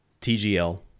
TGL